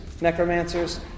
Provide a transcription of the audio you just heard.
Necromancers